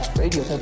radio